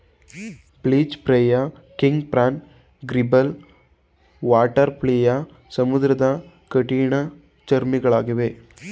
beach flea, king prawn, gribble, water flea ಸಮುದ್ರದ ಕಠಿಣ ಚರ್ಮಿಗಳಗಿವೆ